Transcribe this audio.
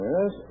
Yes